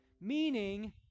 Meaning